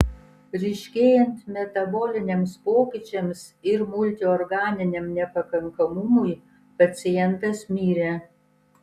ryškėjant metaboliniams pokyčiams ir multiorganiniam nepakankamumui pacientas mirė